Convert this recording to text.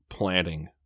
planting